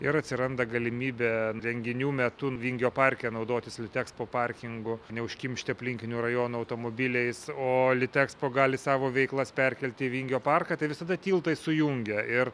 ir atsiranda galimybė renginių metu vingio parke naudotis litexpo parkingu neužkimšti aplinkinių rajonų automobiliais o litexpo gali savo veiklas perkelti į vingio parką tai visada tiltai sujungia ir